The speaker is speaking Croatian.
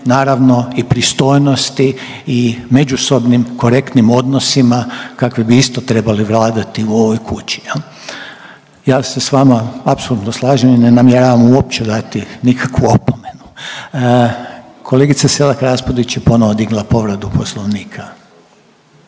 naravno i pristojnosti i međusobnim korektnim odnosima kakvi bi isto trebali vladati u ovoj kući. Jel'? Ja se sa vama apsolutno slažem i namjeravam uopće dati nikakvu opomenu. Kolegica Selak-Raspudić je ponovo digla povredu Poslovnika.